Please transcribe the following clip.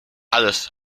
alles